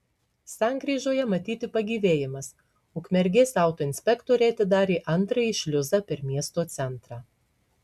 sankryžoje matyti pagyvėjimas ukmergės autoinspektoriai atidarė antrąjį šliuzą per miesto centrą